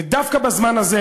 ודווקא בזמן הזה,